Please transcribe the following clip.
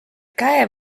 käe